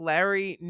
Larry